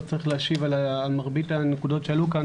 צריך להשיב על מרבית הנקודות שעלו כאן.